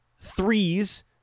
threes